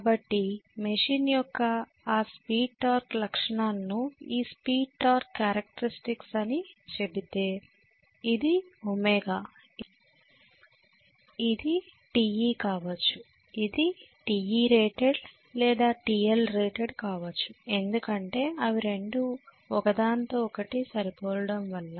కాబట్టి మెషిన్ యొక్క ఆ స్పీడ్ టార్క్ లక్షణాలను ఈ స్పీడ్ టార్క్ క్యారెక్టర్స్టిక్స్ అని చెబితే ఇది ɷ ఇది Te కావచ్చు ఇది Te rated లేదా TLrated కావచ్చు ఎందుకంటే అవి రెండూ ఒకదానితో ఒకటి సరిపోలడం వలన